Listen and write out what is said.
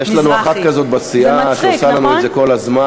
יש לנו אחת כזו בסיעה שעושה לנו את זה כל הזמן.